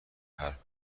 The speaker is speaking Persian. حرف